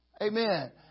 Amen